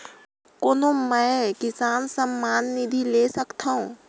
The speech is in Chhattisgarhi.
कौन मै किसान सम्मान निधि ले सकथौं?